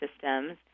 systems